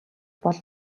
бол